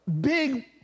big